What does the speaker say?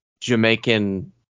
jamaican